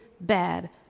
bad